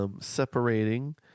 Separating